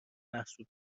محسوب